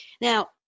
Now